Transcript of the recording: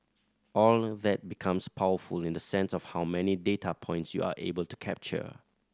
all that becomes powerful in the sense of how many data points you are able to capture